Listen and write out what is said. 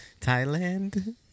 Thailand